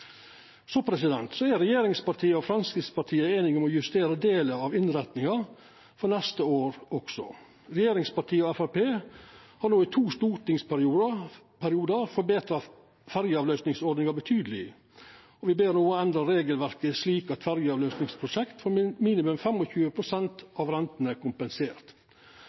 Så er regjeringspartia og Framstegspartiet einige om å justera delar av innretninga også for neste år. Regjeringspartia og Framstegspartiet har no i to stortingsperiodar forbetra ferjeavløysingsordninga betydeleg, og me ber no om at ein endrar regelverket slik at ferjeavløysingsprosjekt får minimum 25 pst. av rentene kompensert.